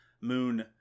Moon